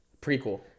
Prequel